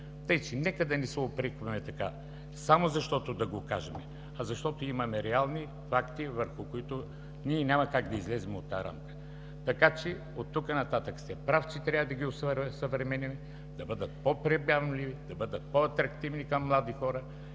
Така че нека да не се упрекваме така, само защото да го кажем, а защото имаме реални факти, върху които няма как да излезем от тази рамка. Оттук нататък сте прав, че трябва да ги осъвременим, да бъдат по-приемливи, да бъдат по-атрактивни към млади хора